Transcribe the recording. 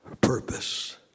purpose